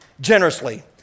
generously